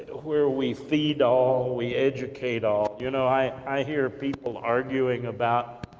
where we feed all, we educate all. you know, i i hear people arguing about